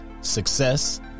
success